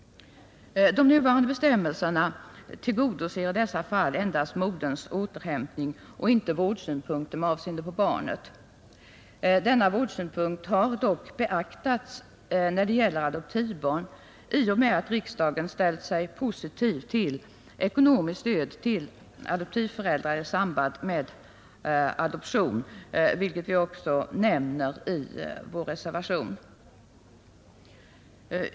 Nuvarande bestämmelser tillgodoser i dessa fall endast moderns återhämtning och inte vårdsynpunkten med avseende på barnet. Denna vårdsynpunkt har dock beaktats för adoptivbarn, i och med att riksdagen ställt sig positiv till ekonomiskt stöd till adoptivföräldrar i samband med adoption, vilket vi också nämner i vår reservation.